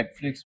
Netflix